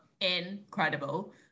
incredible